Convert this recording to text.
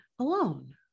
alone